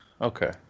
okay